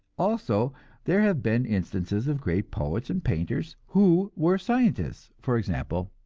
also there have been instances of great poets and painters who were scientists for example,